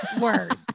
Words